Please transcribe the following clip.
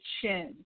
chin